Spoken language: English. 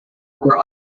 were